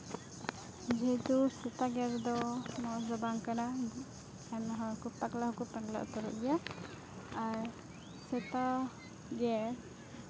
ᱡᱮᱦᱮᱛᱩ ᱥᱮᱛᱟ ᱜᱮᱨ ᱫᱚ ᱱᱚᱣᱟ ᱫᱚ ᱵᱟᱝ ᱠᱟᱱᱟ ᱟᱭᱢᱟ ᱦᱚᱲ ᱠᱚ ᱯᱟᱜᱽᱞᱟ ᱦᱚᱠᱚ ᱯᱟᱜᱽᱞᱟ ᱩᱛᱟᱹᱨᱚᱜ ᱜᱮᱭᱟ ᱟᱨ ᱥᱮᱛᱟ ᱜᱮᱨ